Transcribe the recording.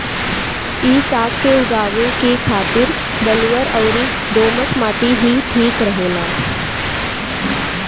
इ साग के उगावे के खातिर बलुअर अउरी दोमट माटी ही ठीक रहेला